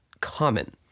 common